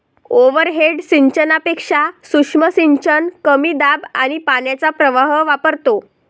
overhead सिंचनापेक्षा सूक्ष्म सिंचन कमी दाब आणि पाण्याचा प्रवाह वापरतो